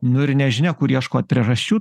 nu ir nežinia kur ieškot priežasčių